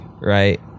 right